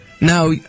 Now